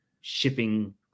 shipping